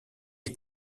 est